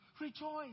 rejoice